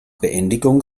beendigung